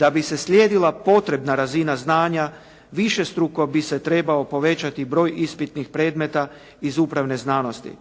Da bi se slijedila potrebna razina znanja višestruko bi se trebao povećati broj ispitnih predmeta iz upravne znanosti